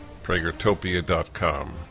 Pragertopia.com